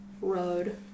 road